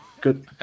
good